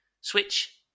Switch